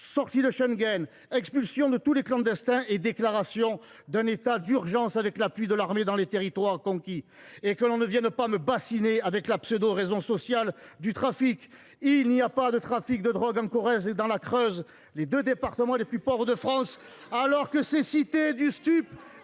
sortie de Schengen, expulsion de tous les clandestins et déclaration d’un état d’urgence avec l’appui de l’armée dans les territoires conquis ! Et que l’on ne vienne pas me bassiner avec la pseudo raison sociale du trafic. Il n’y a pas de trafic de drogue en Corrèze ou dans la Creuse, les deux départements les plus pauvres de France,… N’importe quoi ! Il faut